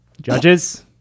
Judges